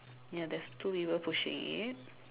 ya there is two people pushing it